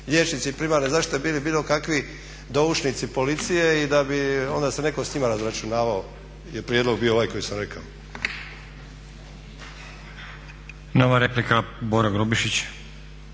liječnici primarne zaštite bili bilo kakvi doušnici policije i da bi onda se netko s njima razračunavao i prijedlog bio ovaj koji sam rekao. **Stazić,